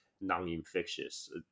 non-infectious